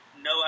no